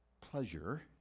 pleasure